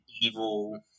evil